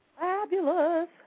Fabulous